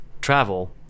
travel